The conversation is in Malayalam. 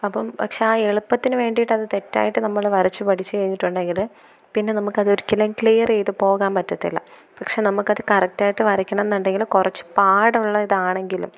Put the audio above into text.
അപ്പം പക്ഷെ എളുപ്പത്തിന് വേണ്ടിയിട്ട് അത് തെറ്റായിട്ട് നമ്മൾ വരച്ചു പഠിച്ചു കഴിഞ്ഞിട്ടുണ്ടെങ്കിൽ പിന്നെ നമുക്ക് അത് ഒരിക്കലും ക്ലിയർ ചെയ്തു പോകാൻ പറ്റത്തില്ല പക്ഷെ നമുക്ക് അത് കറക്റ്റ് ആയിട്ട് വരയ്ക്കണം എന്നുണ്ടെങ്കിൽ കുറച്ച് പാടുള്ളത് ഇതാണെങ്കിലും